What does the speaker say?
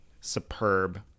superb